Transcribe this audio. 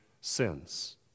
sins